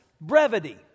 brevity